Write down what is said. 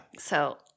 So-